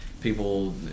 people